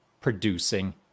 producing